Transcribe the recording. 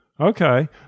Okay